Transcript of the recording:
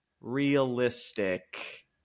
realistic